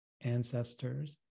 ancestors